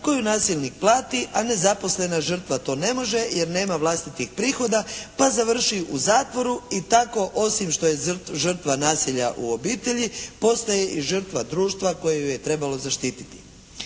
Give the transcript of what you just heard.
koju nasilnik plati, a nezaposlena žrtva to ne može jer nema vlastitih prihoda pa završi u zatvoru i tako osim što je žrtva nasilja u obitelji postaje i žrtva društva koje ju je trebalo zaštititi.